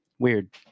weird